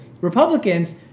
Republicans